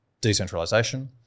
decentralization